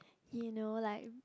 he know like